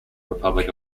republic